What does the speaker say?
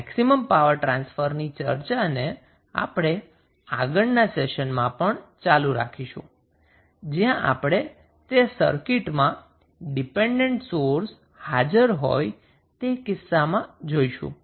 maximum power ટ્રાન્સફરની ચર્ચાને આપણે આગળના સેશનમાં પણ ચાલુ રખીશું જ્યાં આપણે તે સર્કિટમાં ડિપેન્ડન્ટ સોર્સ હાજર હોય તે કિસ્સામાં જોઈશું